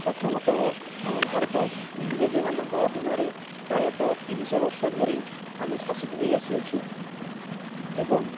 ପ୍ରଥମତଃ ଆମ ଭାରତ ଇଂରେଜମାନଙ୍କ ଅଧୀନରେ ପ୍ରାୟତଃ ତିନିଶହ ବର୍ଷ ଧରି ଆମେ ଶାସିତ ହୋଇ ଆସିଅଛୁ ଏବଂ